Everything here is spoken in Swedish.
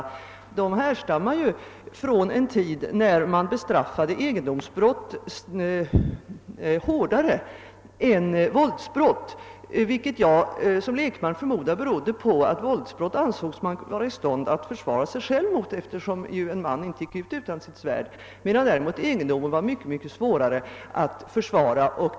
Avvägningen härstammar från en tid när egendomsbrott bestraffades hårdare än våldsbrott, vilket jag som lekman förmodar berodde på att en man ansågs vara i stånd att försvara sig själv mot våldsbrott, eftersom han inte gick ut utan sitt svärd, medan egendomen var svårare att försvara.